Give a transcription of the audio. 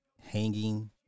hanging